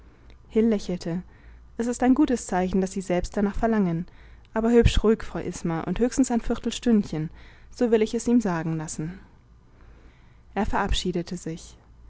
lächelte es ist ein gutes zeichen daß sie selbst danach verlangen aber hübsch ruhig frau isma und höchstens ein viertelstündchen so will ich es ihm sagen lassen er verabschiedete sich